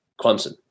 Clemson